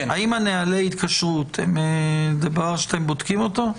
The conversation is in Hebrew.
האם נהלי ההתקשרות זה דבר שאתם בודקים אותו?